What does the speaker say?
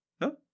No